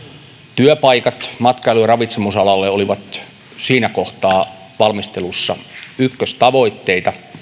työpaikat matkailu ja ravitsemusalalle olivat siinä kohtaa valmistelussa ykköstavoitteita